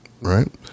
right